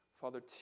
Father